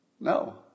No